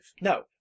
No